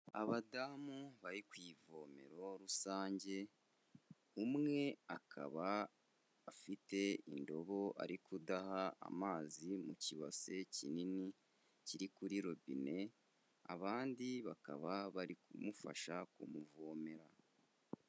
Abadamu bari ku ivomero rusange, umwe akaba afite indobo ari kudaha amazi mu kibase kinini kiri kuri robine, abandi bakaba bari kumufasha kumuvomera.